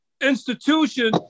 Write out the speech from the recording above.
institution